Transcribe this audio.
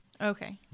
Okay